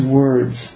words